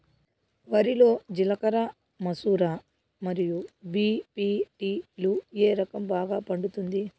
వరి లో జిలకర మసూర మరియు బీ.పీ.టీ లు ఏ రకం బాగా పండుతుంది